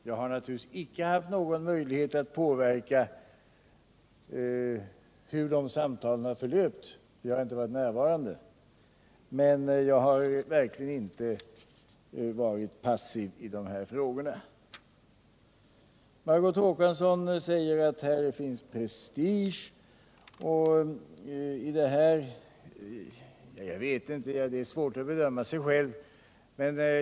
Jag har naturligtvis icke haft någon möjlighet att påverka hur samtalen har förlöpt, för jag har inte varit närvarande, men jag har verkligen inte varit passiv i de här frågorna. Margot Håkansson säger att det finns prestige i detta. Men jag vet inte, det är svårt att bedöma sig själv.